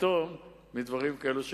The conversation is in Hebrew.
פתאום מדברים כאלה שקורים.